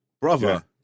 Brother